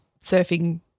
surfing